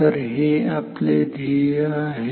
तर हे आपले ध्येय आहे